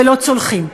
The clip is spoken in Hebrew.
ולא מצליחים.